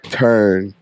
turn